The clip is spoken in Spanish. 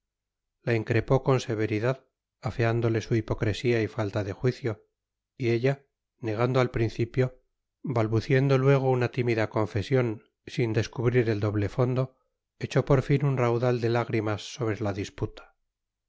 la increpó con severidad afeándole su hipocresía y falta de juicio y ella negando al principio balbuciendo luego una tímida confesión sin descubrir el doble fondo echó por fin un raudal de lágrimas sobre la disputa